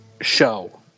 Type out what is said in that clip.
show